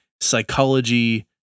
psychology